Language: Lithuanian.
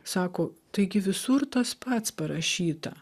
sako taigi visur tas pats parašyta